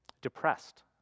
depressed